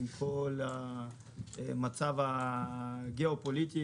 עם כל המצב הגיאופוליטי.